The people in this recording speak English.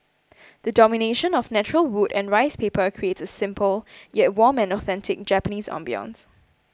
the domination of natural wood and rice paper creates a simple yet warm and authentic Japanese ambience